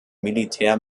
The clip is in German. militär